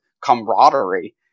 camaraderie